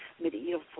medieval